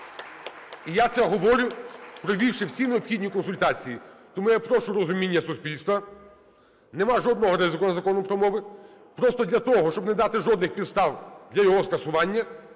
я це говорю, провівши всі необхідні консультації. Тому я прошу розуміння суспільства, нема жодного ризику із Законом про мову, просто для того, щоб не дати жодних підстав для його скасування,